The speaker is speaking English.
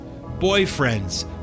boyfriends